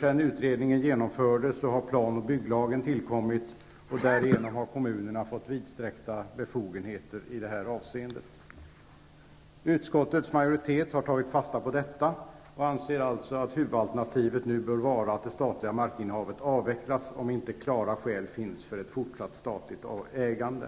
Sedan utredningen genomfördes har plan och bygglagen tillkommit, varigenom kommunerna har fått vidsträckta befogenheter i detta avseende. Utskottets majoritet har tagit fasta på detta och anser alltså att huvudalternativet nu bör vara att det statliga markinnehavet avvecklas, om inte klara skäl finns för ett fortsatt statligt ägande.